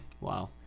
Wow